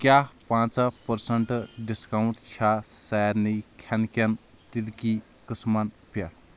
کیٛاہ پنژاہ percent discount چھا سارنی کھٮ۪نہٕ کٮ۪ن تیٖلٕکی قٕسمن پٮ۪ٹھ